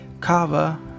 Kava